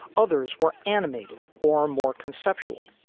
others were animated or more conceptual.